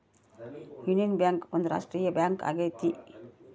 union Bank ಒಂದು ರಾಷ್ಟ್ರೀಯ bank ಆಗೈತಿ